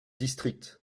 district